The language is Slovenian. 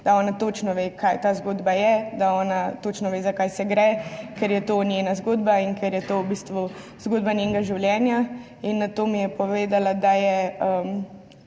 da ona točno ve, kakšna ta zgodba je, da ona točno ve, za kaj gre, ker je to njena zgodba in ker je to v bistvu zgodba njenega življenja. Nato mi je povedala, da je